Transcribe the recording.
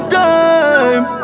time